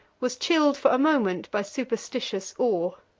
was chilled for a moment by superstitious awe.